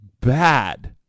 bad